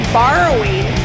borrowing